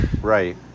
Right